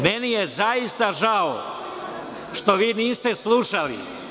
Meni je zaista žao što vi niste slušali.